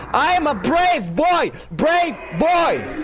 i am a brave boy! brave boy!